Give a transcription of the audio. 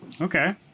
Okay